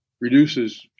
Reduces